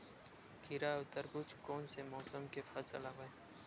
खीरा व तरबुज कोन से मौसम के फसल आवेय?